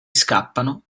scappano